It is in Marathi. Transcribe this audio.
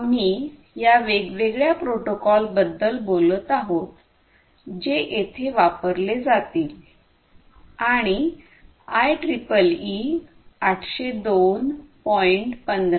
आम्ही या वेगवेगळ्या प्रोटोकॉल बद्दल बोलत आहोत जे येथे वापरले जातील आणि आयट्रिपलई 802